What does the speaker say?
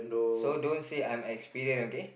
so don't say I am experience okay